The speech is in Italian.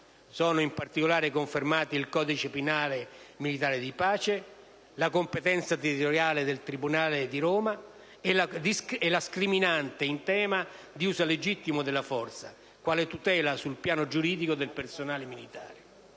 In particolare sono confermati il codice penale militare di pace, la competenza territoriale del tribunale militare di Roma e la scriminante in tema di uso legittimo della forza, quale tutela sul piano giuridico per il personale militare.